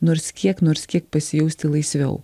nors kiek nors kiek pasijausti laisviau